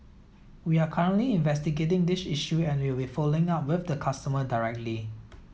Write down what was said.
we are currently investigating this issue and we will be following up with the customer directly